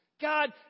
God